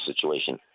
situation